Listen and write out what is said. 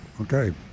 Okay